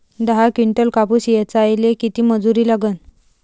दहा किंटल कापूस ऐचायले किती मजूरी लागन?